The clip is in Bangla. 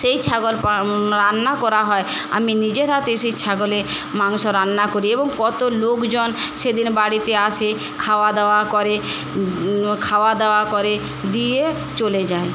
সেই ছাগল রান্না করা হয় আমি নিজের হাতে সেই ছাগলে মাংস রান্না করি এবং কত লোকজন সেদিন বাড়িতে আসে খাওয়া দাওয়া করে খাওয়া দাওয়া করে দিয়ে চলে যায়